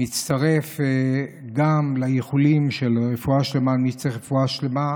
אצטרף גם לאיחולים של רפואה שלמה,